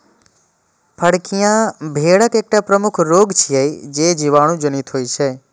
फड़कियां भेड़क एकटा प्रमुख रोग छियै, जे जीवाणु जनित होइ छै